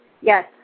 Yes